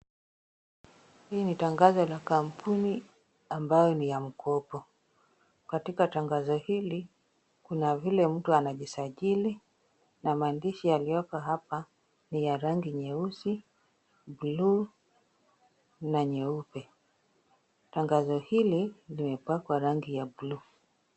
Hili ni tangazo la kampuni ambalo ni la mkopo. katika tangazo hili kuna vile mtu anagisagili. na maandishi yalioko hapa ni ya rangi nyeusi (cs)blue(cs) na nyeupe tangazo hili limepakwa rangi ya bluu.